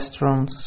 restaurants